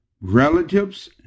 relatives